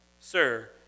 sir